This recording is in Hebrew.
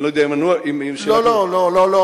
אני לא יודע, לא, לא.